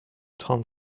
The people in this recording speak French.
trente